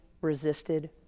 resisted